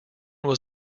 was